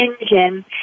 engine